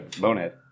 bonehead